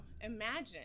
Imagine